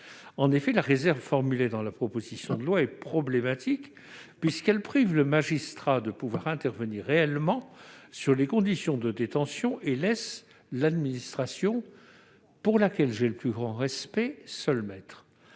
En effet, la réserve formulée dans la proposition de loi est problématique, puisqu'elle prive le magistrat de pouvoir intervenir réellement sur les conditions de détention et laisse l'administration- pour laquelle j'ai le plus grand respect -seul maître,